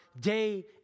day